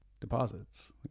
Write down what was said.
deposits